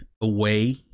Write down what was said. away